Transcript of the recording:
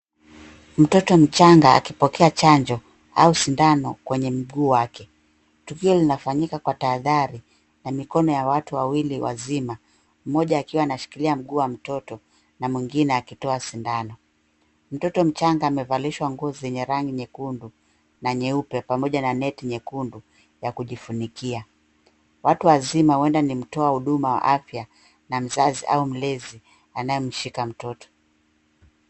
Mtoto mchanga akipokea chanjo au sindano kwenye mguu wake, tukio linafanyika kwa tahadhari na mikono ya watu wawili wazima mmoja akiwa anashikilia mguu wa mtoto na mwingine akitoa sindano, mtoto mchanga amevalishwa ngozi ya rangi nyekundu na nyeupe pamoja na neti nyekundu ya kujifunikia, watu wazima huenda ni mtoa huduma wa afya na mzazi au mlezi anayemshika mtoto.